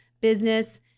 business